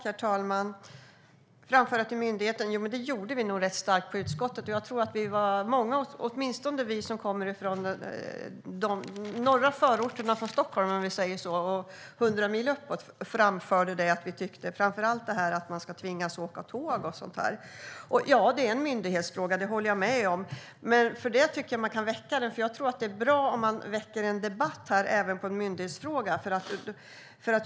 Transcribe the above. Herr talman! När det gäller att framföra saker till myndigheten gjorde vi nog det ganska starkt i utskottet. Åtminstone vi som kommer från de norra förorterna till Stockholm och 100 mil uppåt, om vi säger så, framförde vad vi tycker framför allt om att man ska tvingas åka tåg och sådant. Jag håller med om att det är en myndighetsfråga. Men jag tycker ändå att man kan väcka frågan. Det är bra om man väcker en debatt här, även när det gäller en myndighetsfråga.